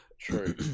true